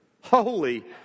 Holy